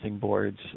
boards